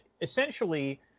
essentially